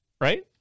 right